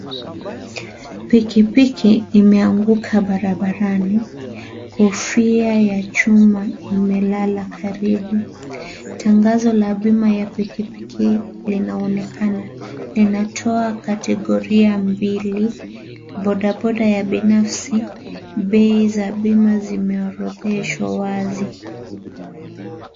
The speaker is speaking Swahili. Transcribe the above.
Piki piki, imeanguka barabarani, kofia ya chuma imeala karibu, tangazo la bima ya pikipiki linaonekana, linatoa kategoria mbili, bodaboda ya binafsi, bei za bima zimeorodheshwa wazi.